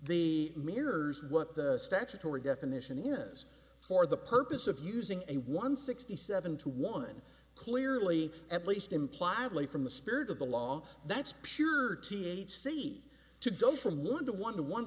the mirrors what the statutory definition is for the purpose of using a one sixty seven to one clearly at least impliedly from the spirit of the law that's pure t h c to go from one to one to one